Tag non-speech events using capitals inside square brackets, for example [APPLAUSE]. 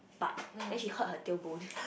but then she hurt her tailbone [BREATH]